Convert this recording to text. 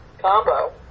combo